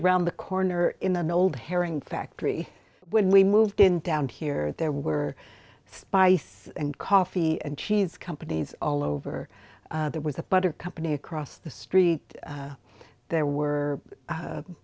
around the corner in the old herring factory when we moved in down here there were spice and coffee and cheese companies all over there was a butter company across the street there were